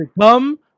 come